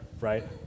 right